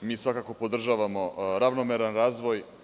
mi svakako podržavamo ravnomeran razvoj.